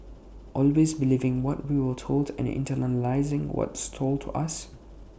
always believing what we are told and internalising what's sold to us